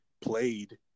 played